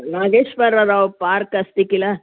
Nageswara Rao park अस्ति किल